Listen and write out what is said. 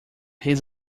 his